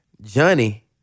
Johnny